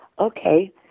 Okay